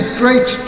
great